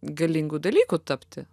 galingu dalyku tapti